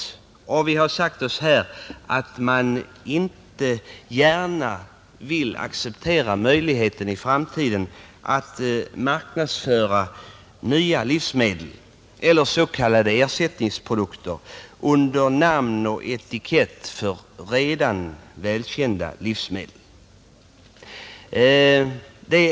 Där har vi sagt att vi inte gärna i framtiden vill acceptera en marknadsföring av nya livsmedel eller s.k. ersättningsprodukter under namn och etikett för redan välkända livsmedel.